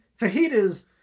fajitas